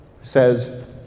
says